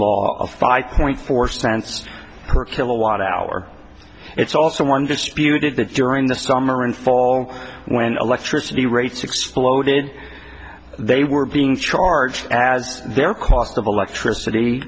a five point four cents per kilowatt hour it's also one disputed that during the summer and fall when electricity rates exploded they were being charged as their cost of electricity